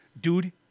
Dude